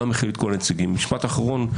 משפט אחרון.